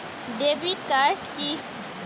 Debit card key?